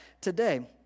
today